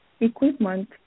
Equipment